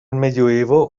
medioevo